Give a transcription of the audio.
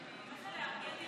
מה זה להרגיע,